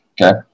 okay